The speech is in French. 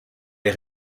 les